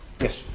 Yes